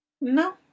No